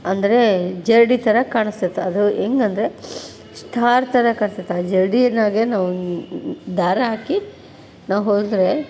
ಅಂದರೆ ಜರಡಿ ಥರ ಕಾಣಿಸ್ತದೆ ಅದು ಹೇಗ್ ಅಂದರೆ ಸ್ಟಾರ್ ಥರ ಕಾಣ್ತದೆ ಆ ಜರಡಿಯಲ್ಲಿ ನಾವು ದಾರ ಹಾಕಿ ನಾವು ಹೊಲಿದ್ರೆ